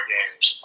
Games